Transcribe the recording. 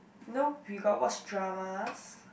you know we got watch dramas